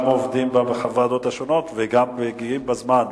גם עובדים בוועדות השונות וגם מגיעים בזמן.